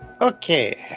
Okay